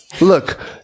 look